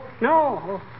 no